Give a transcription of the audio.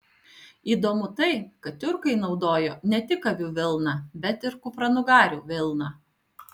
įdomu tai kad tiurkai naudojo ne tik avių vilną bet ir kupranugarių vilną